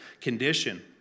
condition